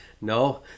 No